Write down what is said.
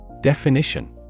Definition